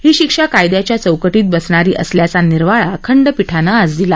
ही शिक्षा कायद्याच्या चौकटीत बसणारी असल्याचा निर्वाळा खंडपीठानं आज दिला